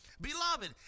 Beloved